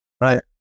right